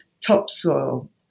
topsoil